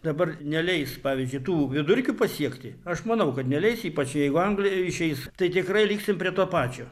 dabar neleis pavyzdžiui tų vidurkių pasiekti aš manau kad neleis ypač jeigu anglija išeis tai tikrai liksim prie to pačio